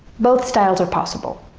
both styles are possible!